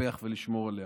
לטפח ולשמור עליה.